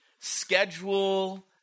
schedule